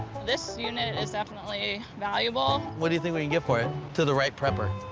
this unit is definitely valuable. what do you think we can get for it? to the right prepper?